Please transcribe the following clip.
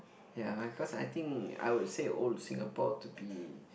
ya I cause I think I would say old Singapore to be